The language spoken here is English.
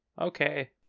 okay